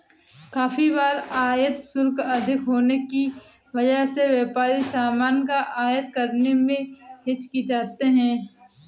काफी बार आयात शुल्क अधिक होने की वजह से व्यापारी सामान का आयात करने में हिचकिचाते हैं